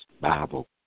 Bible